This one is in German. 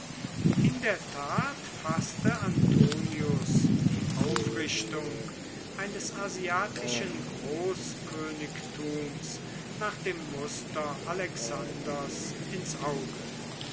in der tat faßte antonius die aufrichtung eines asiatischen großkönigtums nach dem muster alexanders ins auge